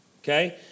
okay